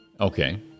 Okay